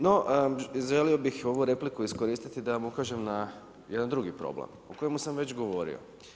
No želio bih ovu repliku iskoristit da vam ukažem na jedan drugi problem o kojemu sam već govorio.